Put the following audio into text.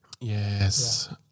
Yes